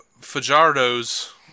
Fajardo's